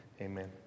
Amen